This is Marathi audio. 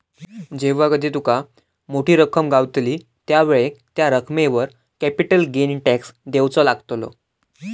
जेव्हा कधी तुका मोठी रक्कम गावतली त्यावेळेक त्या रकमेवर कॅपिटल गेन टॅक्स देवचो लागतलो